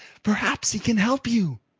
perhaps he can help you.